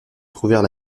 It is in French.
trouvèrent